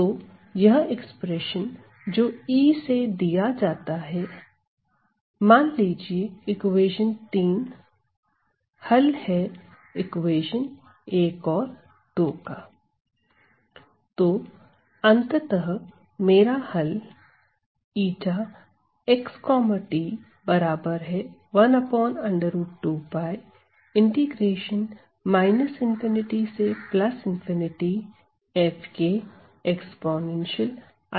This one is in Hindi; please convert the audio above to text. तो यह एक्सप्रेशन जो E से दिया जाता है मान लीजिए इक्वेशन 3 हल है इक्वेशन 1 और 2 का